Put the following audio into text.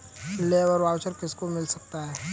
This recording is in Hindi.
लेबर वाउचर किसको मिल सकता है?